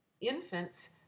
Infants